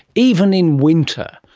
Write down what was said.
even in winter,